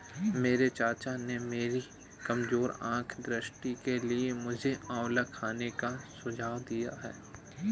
मेरे चाचा ने मेरी कमजोर आंख दृष्टि के लिए मुझे आंवला खाने का सुझाव दिया है